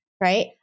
right